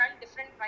different